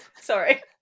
Sorry